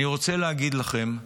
אני רוצה להגיד לכם,